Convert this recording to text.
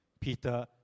Peter